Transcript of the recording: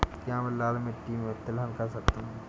क्या मैं लाल मिट्टी में तिलहन कर सकता हूँ?